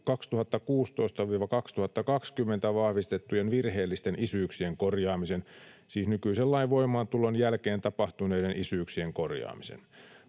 2016—2020 vahvistettujen virheellisten isyyksien korjaamisen, siis nykyisen lain voimaantulon jälkeen tapahtuneiden isyyksien korjaamisen.